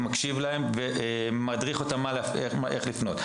מקשיב להם ומדריך אותם איך ולמי לפנות.